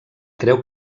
creu